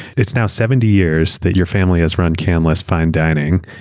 it's now seventy years that your family has run canlis fine dining,